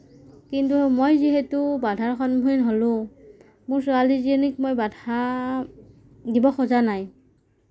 কিন্তু মই যিহেতু বাধাৰ সন্মুখীন হ'লোঁ মোৰ ছোৱালীজনীক মই বাধা দিব খোজা নাই